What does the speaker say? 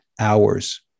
hours